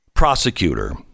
prosecutor